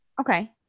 Okay